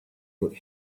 but